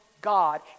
God